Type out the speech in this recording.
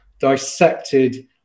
dissected